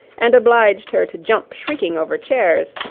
and obliged her to jump shrieking over chairs,